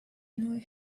annoy